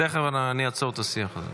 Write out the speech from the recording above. --- תכף אני אעצור את השיח הזה.